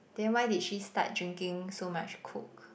then why did she start drinking so much Coke